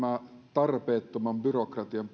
tarpeettoman byrokratian